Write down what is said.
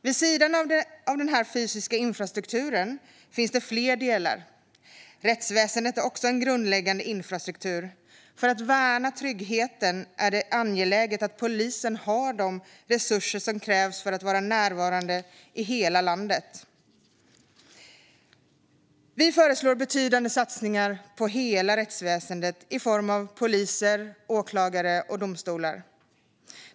Vid sidan av den fysiska infrastrukturen finns fler delar. Rättsväsendet är också grundläggande infrastruktur. För att värna tryggheten är det angeläget att polisen har de resurser som krävs för att vara närvarande i hela landet. Vi föreslår betydande satsningar på hela rättsväsendet i form av poliser, åklagare och domstolar.